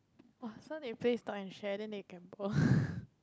!wah! so they play stock and share then they get poor